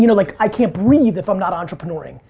you know like i can't breathe if i'm not entrepreneuring,